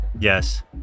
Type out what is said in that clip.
Yes